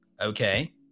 okay